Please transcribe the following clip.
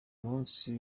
munsi